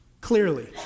clearly